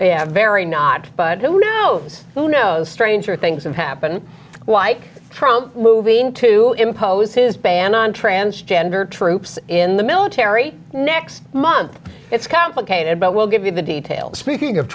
yeah very not but who knows who knows stranger things have happen like moving to impose his ban on transgender troops in the military next month it's complicated but we'll give you the details speaking of